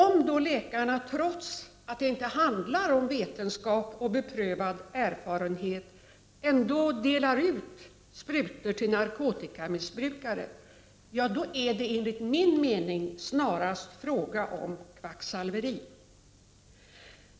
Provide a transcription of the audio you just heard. Om läkarna, trots att det inte handlar om vetenskap och beprövad erfarenhet, ändå delar ut sprutor till narkotikamissbrukare, är det enligt min mening snarast fråga om kvacksalveri.